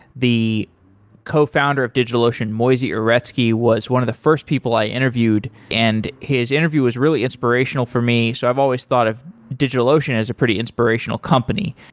the cofounder of digitalocean, moisey uretsky, was one of the first people i interviewed, and his interview was really inspirational for me. so i've always thought of digitalocean as a pretty inspirational company.